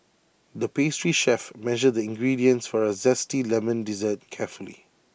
the pastry chef measured the ingredients for A Zesty Lemon Dessert carefully